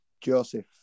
Joseph